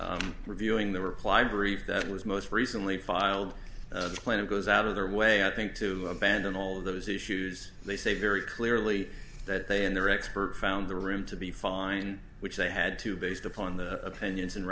reviewing the reply brief that was most recently filed it goes out of their way i think to abandon all of those issues they say very clearly that they and their expert found the room to be fine which they had to based upon the opinions and